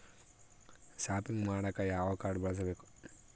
Shopping ಮಾಡಾಕ ಯಾವ card ಬಳಸಬೇಕು?